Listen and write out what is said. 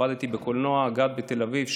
עבדתי בקולנוע גת בתל אביב,